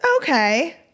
Okay